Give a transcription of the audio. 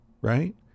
right